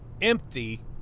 empty